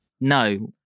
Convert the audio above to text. no